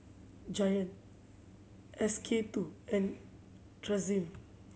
Giant S K Two and Tresemme